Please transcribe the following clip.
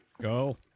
go